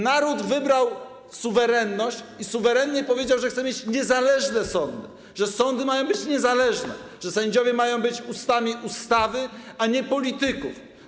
Naród wybrał suwerenność i suwerennie powiedział, że chce mieć niezależne sądy, że sądy mają być niezależne, że sędziowie mają być ustami ustawy, a nie polityków.